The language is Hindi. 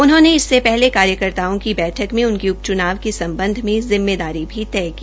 उन्होंने बरोदा इससे पहले कार्यकर्ताओं की बैठक मे उनकी उप चुनाव के सम्बध में जिम्मेदारी भी तय की